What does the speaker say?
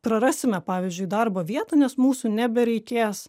prarasime pavyzdžiui darbo vietą nes mūsų nebereikės